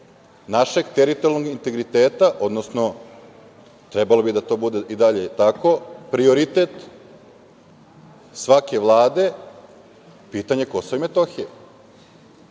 našeg teritorijalnog integriteta, odnosno trebalo bi da to bude i dalje tako, prioritet svake Vlade pitanje KiM.Mi